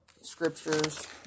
scriptures